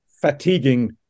fatiguing